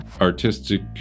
artistic